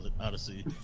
Odyssey